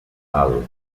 alt